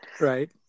Right